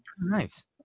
Nice